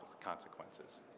consequences